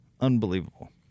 Unbelievable